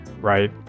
right